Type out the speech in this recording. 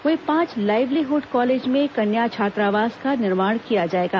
वहीं पांच livelihood college में केन्या छात्रावास का निर्माण किया जाएगा